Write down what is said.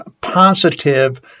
positive